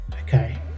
Okay